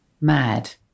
mad